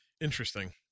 Interesting